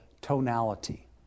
tonality